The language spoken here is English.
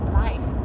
life